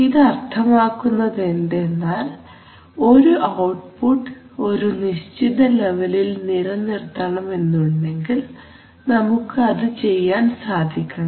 ഇത് അർത്ഥമാക്കുന്നത് എന്തെന്നാൽ ഒരു ഔട്ട്പുട്ട് ഒരു നിശ്ചിത ലെവലിൽ നിലനിർത്തണം എന്നുണ്ടെങ്കിൽ നമുക്ക് അത് ചെയ്യാൻ സാധിക്കണം